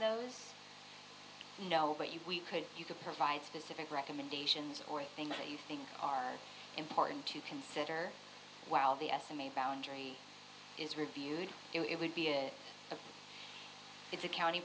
know but you could you could provide specific recommendations or things that you think are important to consider while the estimate boundary is reviewed it would be it a it's a county